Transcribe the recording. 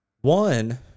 One